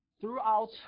Throughout